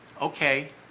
Okay